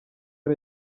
ari